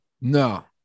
No